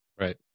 Right